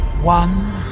One